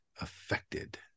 affected